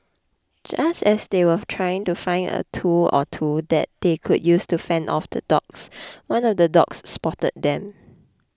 just as they were trying to find a tool or two that they could use to fend off the dogs one of the dogs spotted them